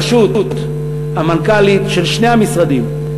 בראשות המנכ"לית של שני המשרדים.